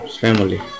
family